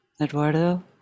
Eduardo